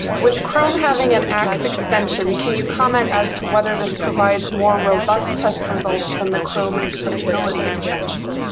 with chrome having an axe extension, can you comment as to whether this provides more robust test results than the chrome accessibility extension?